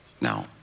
Now